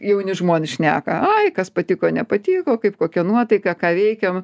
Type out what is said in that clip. jauni žmonės šneka ai kas patiko nepatiko kaip kokia nuotaika ką veikiam